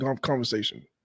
conversation